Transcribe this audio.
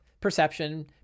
perception